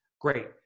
Great